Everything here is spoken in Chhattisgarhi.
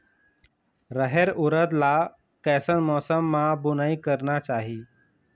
रहेर उरद ला कैसन मौसम मा बुनई करना चाही?